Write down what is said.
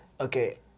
okay